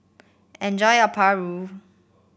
enjoy your paru